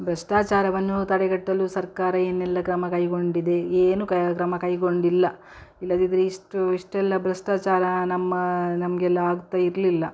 ಭ್ರಷ್ಟಾಚಾರವನ್ನು ತಡೆಗಟ್ಟಲು ಸರ್ಕಾರ ಏನೆಲ್ಲ ಕ್ರಮ ಕೈಗೊಂಡಿದೆ ಏನು ಕ ಕ್ರಮ ಕೈಗೊಂಡಿಲ್ಲ ಇಲ್ಲದಿದ್ದರೆ ಇಷ್ಟು ಇಷ್ಟೆಲ್ಲ ಭ್ರಷ್ಟಾಚಾರ ನಮ್ಮ ನಮಗೆಲ್ಲ ಆಗ್ತಾ ಇರಲಿಲ್ಲ